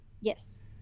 Yes